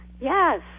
Yes